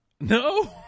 No